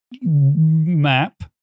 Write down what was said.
map